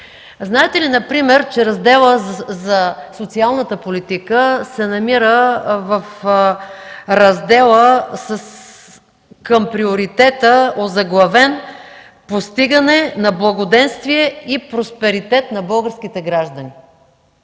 Знаете ли например, че разделът за социалната политика се намира в раздела към приоритета, озаглавен „Постигане на благоденствие и просперитет на българските граждани”?